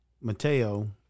Mateo